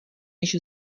než